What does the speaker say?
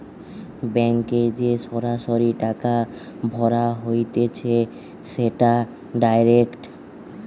ব্যাংকে যে সরাসরি টাকা ভরা হতিছে সেটা ডাইরেক্ট